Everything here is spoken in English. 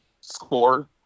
score